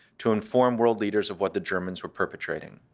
to inform world leaders of what the germans were perpetrating.